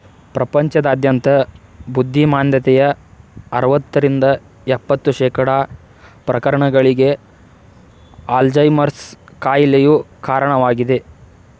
ಪ್ರಪಂಚದಾದ್ಯಂತ ಬುದ್ಧಿಮಾಂದ್ಯತೆಯ ಅರವತ್ತರಿಂದ ಎಪ್ಪತ್ತು ಶೇಕಡಾ ಪ್ರಕರಣಗಳಿಗೆ ಅಲ್ಜೈಮರ್ಸ್ ಕಾಯಿಲೆಯು ಕಾರಣವಾಗಿದೆ